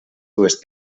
dues